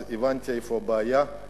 אז הבנתי איפה הבעיה.